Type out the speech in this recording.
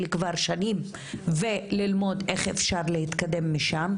כבר שנים וללמוד איך אפשר להתקדם משם.